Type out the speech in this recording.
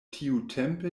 tiutempe